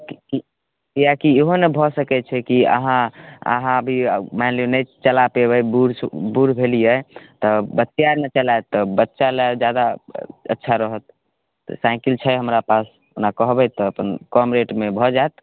किआकि किआकि इहो ने भऽ सकै छै कि अहाँ अहाँ अभी मानि लियौ नहि चला पयबै बूढ़ सूढ़ बूढ़ भेलियै तऽ बच्चे आओर ने चलायत तऽ बच्चा लेल ज्यादा अच्छा रहत तऽ साइकिल छै हमरा पास ओना कहबै तऽ अपन कम रेटमे भऽ जायत